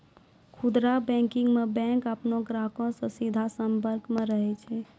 खुदरा बैंकिंग मे बैंक अपनो ग्राहको से सीधा संपर्क मे रहै छै